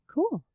Cool